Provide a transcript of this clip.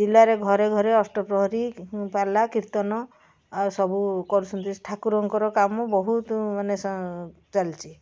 ଜିଲ୍ଲାରେ ଘରେ ଘରେ ଅଷ୍ଟପ୍ରହରୀ ପାଲା କୀର୍ତ୍ତନ ଆଉ ସବୁ କରୁଛନ୍ତି ଠାକୁରଙ୍କର କାମ ବହୁତ ମାନେ ଚାଲିଛି